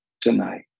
tonight